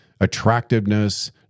attractiveness